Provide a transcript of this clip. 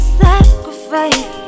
sacrifice